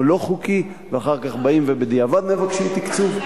לא חוקי ואחר כך באים ובדיעבד מבקשים תקצוב.